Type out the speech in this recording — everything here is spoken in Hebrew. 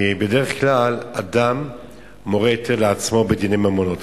כי בדרך כלל אדם מורה יותר לעצמו בדיני ממונות.